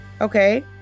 Okay